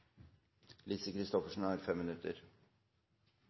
Lise Christoffersen har